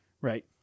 Right